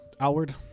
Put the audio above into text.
Alward